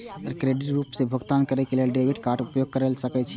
अहां क्रेडिटक रूप मे भुगतान करै लेल डेबिट कार्डक उपयोग कैर सकै छी